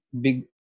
big